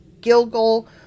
Gilgal